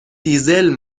دیزل